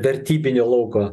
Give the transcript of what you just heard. vertybinio lauko